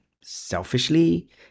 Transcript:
selfishly